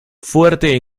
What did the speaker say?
fuerte